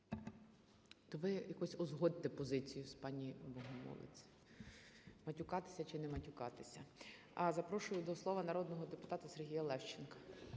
То ви якось узгодьте позицію з пані Богомолець – матюкатися чи не матюкатися. А запрошую до слова народного депутата Сергія Лещенка.